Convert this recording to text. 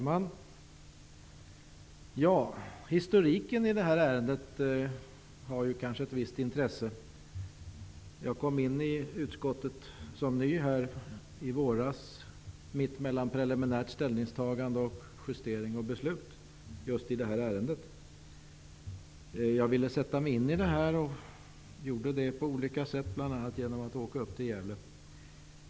Herr talman! Historiken när det gäller det här ärendet har kanske ett visst intresse. Jag kom in som ny i utskottet i våras mitt emellan preliminärt ställningstagande och justering av beslut just i detta ärende. Jag ville sätta mig in i frågan, och det gjorde jag på olika sätt, bl.a. genom att åka upp till Gävle.